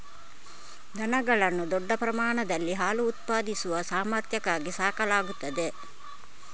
ದನಗಳನ್ನು ದೊಡ್ಡ ಪ್ರಮಾಣದಲ್ಲಿ ಹಾಲು ಉತ್ಪಾದಿಸುವ ಸಾಮರ್ಥ್ಯಕ್ಕಾಗಿ ಸಾಕಲಾಗುತ್ತದೆ